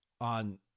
on